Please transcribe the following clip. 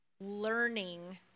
learning